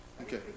Okay